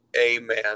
Amen